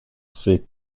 ces